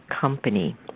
company